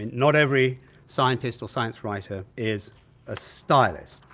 and not every scientist or science writer is a stylist.